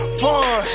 fun